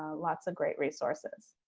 lots of great resources.